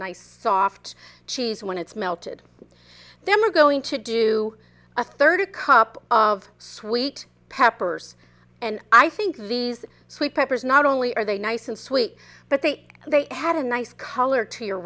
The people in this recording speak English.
nice soft cheese when it's melted then we're going to do a third cup of sweet peppers and i think these sweet peppers not only are they nice and sweet but they they have a nice color to your